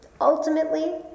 ultimately